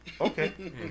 Okay